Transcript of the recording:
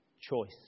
Choice